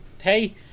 hey